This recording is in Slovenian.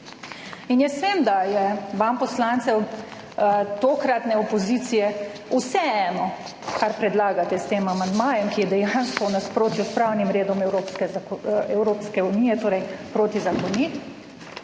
In jaz vem, da je vam poslancem tokratne opozicije vseeno, kar predlagate s tem amandmajem, ki je dejansko v nasprotju s pravnim redom Evropske unije, torej protizakonit,